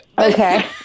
Okay